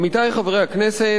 עמיתי חברי הכנסת,